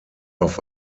auf